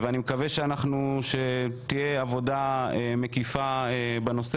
אני מקווה שתהיה עבודה מקיפה בנושא